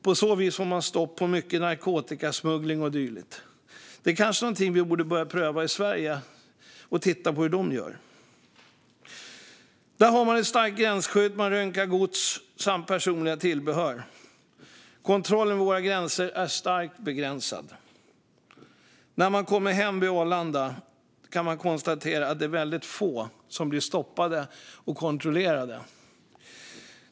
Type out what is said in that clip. På så vis får de stopp på mycket narkotikasmuggling och dylikt. Vi borde kanske pröva detta i Sverige. Kontrollen vid våra gränser är starkt begränsad. På till exempel Arlanda är det få som stoppas för kontroll.